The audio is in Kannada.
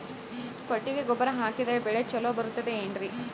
ಕೊಟ್ಟಿಗೆ ಗೊಬ್ಬರ ಹಾಕಿದರೆ ಬೆಳೆ ಚೊಲೊ ಬರುತ್ತದೆ ಏನ್ರಿ?